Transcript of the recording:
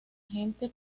gente